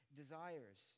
desires